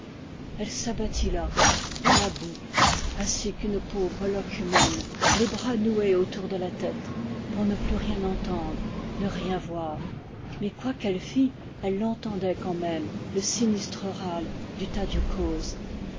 elle s'abattit là dans la boue ainsi qu'une pauvre loque humaine les bras noués autour de la tête pour ne plus rien entendre ne rien voir mais quoi qu'elle fît elle l'entendait quand même le sinistre râle du tadiou coz